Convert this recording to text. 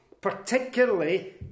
particularly